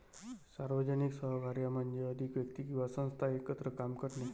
सार्वजनिक सहकार्य म्हणजे अधिक व्यक्ती किंवा संस्था एकत्र काम करणे